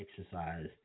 exercise